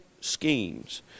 schemes